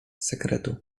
sekretu